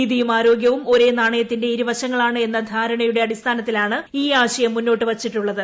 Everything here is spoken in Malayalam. നീതിയും ആരോഗ്യവും ഒരേ നാണയത്തിന്റെ ഇരുവശങ്ങളാണ് എന്ന ധാരണയുടെ അടിസ്ഥാനത്തിലാണ് ഈ ആശയം മുന്നോട്ട് വച്ചിട്ടുള്ളത്